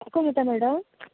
आयकोंक येता मॅडम